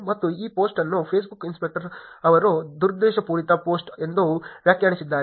ಮತ್ತು ಈ ಪೋಸ್ಟ್ ಅನ್ನು ಫೇಸ್ಬುಕ್ ಇನ್ಸ್ಪೆಕ್ಟರ್ ಅವರು ದುರುದ್ದೇಶಪೂರಿತ ಪೋಸ್ಟ್ ಎಂದು ವ್ಯಾಖ್ಯಾನಿಸಿದ್ದಾರೆ